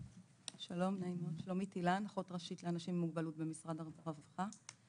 אני אחות ראשית לאנשים עם מוגבלות במשרד הרווחה.